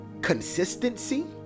consistency